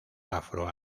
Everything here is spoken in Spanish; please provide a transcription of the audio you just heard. afro